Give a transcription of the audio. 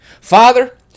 father